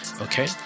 Okay